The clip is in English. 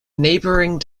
neighbouring